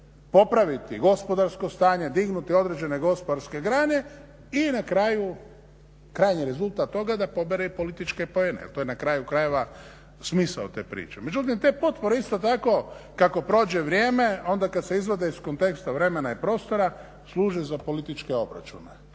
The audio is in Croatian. popraviti gospodarsko stanje, dignuti određene gospodarske grane i na kraju krajnji rezultat toga da pobere i političke poene jer to je na kraju krajeva smisao te priče. Međutim, te potpore isto tako kako prođe vrijeme onda kad se izvode iz konteksta vremena i prostora služe za političke obračune